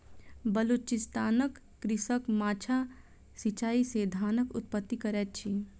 बलुचिस्तानक कृषक माद्दा सिचाई से धानक उत्पत्ति करैत अछि